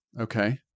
Okay